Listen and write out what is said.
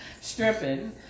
Stripping